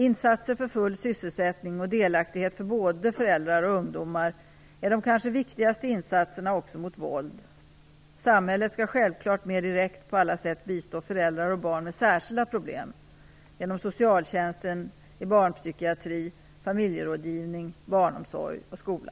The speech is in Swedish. Insatser för full sysselsättning och delaktighet för både föräldrar och ungdomar är de kanske viktigaste insatserna också mot våld. Samhället skall självfallet mer direkt på alla sätt bistå föräldrar och barn med särskilda problem genom socialtjänsten i barnpsykiatri, familjerådgivning, barnomsorg och skola.